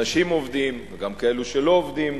אנשים עובדים, וגם כאלו שלא עובדים,